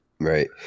right